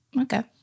Okay